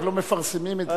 ורק לא מפרסמים את זה.